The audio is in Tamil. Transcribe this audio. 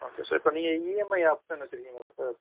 ஓகே சார் இப்போ நீங்கள் இஎம்ஐ ஆப்ஷன் வெச்சிருக்கீங்களா சார்